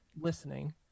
listening